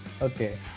Okay